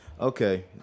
Okay